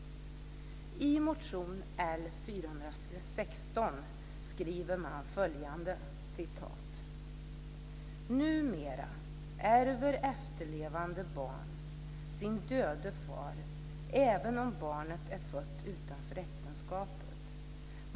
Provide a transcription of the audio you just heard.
I motion L416 skriver man följande: "Numera ärver efterlevande barn sin döde far även om barnet fötts utanför äktenskapet.